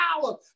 Power